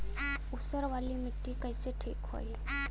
ऊसर वाली मिट्टी कईसे ठीक होई?